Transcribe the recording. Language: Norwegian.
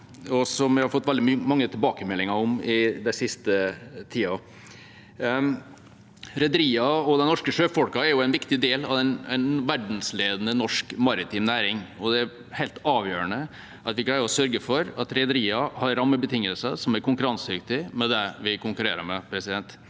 og som vi har fått veldig mange tilbakemeldinger om i den siste tida. Rederiene og de norske sjøfolkene er en viktig del av en verdensledende norsk maritim næring, og det er helt avgjørende at vi greier å sørge for at rederiene har rammebetingelser som er konkurransedyktige opp mot dem vi konkurrerer med. Det